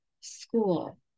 school